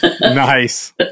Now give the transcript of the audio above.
nice